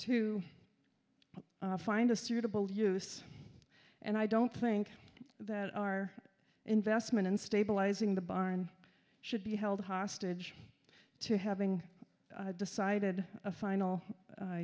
i find a suitable use and i don't think that our investment in stabilizing the barn should be held hostage to having decided a final